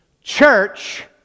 Church